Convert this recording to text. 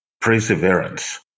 perseverance